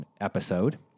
episode